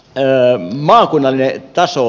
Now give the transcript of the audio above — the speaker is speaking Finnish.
sitten maakunnallinen taso